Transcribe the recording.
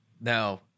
now